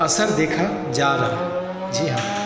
असर देखा जा रहा जी हाँ